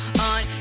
on